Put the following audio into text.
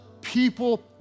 people